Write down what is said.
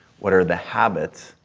what are the habits.